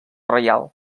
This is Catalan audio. reial